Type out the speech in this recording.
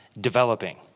developing